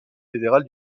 fédéral